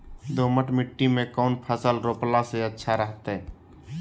दोमट मिट्टी में कौन फसल रोपला से अच्छा रहतय?